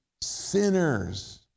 sinners